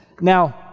Now